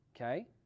okay